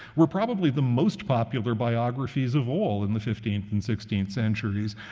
were probably the most popular biographies of all in the fifteenth and sixteenth centuries,